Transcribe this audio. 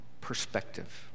perspective